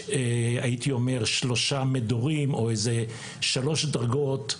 שלום לידידי עופר,